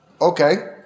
Okay